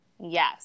Yes